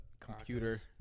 computer